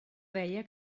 deia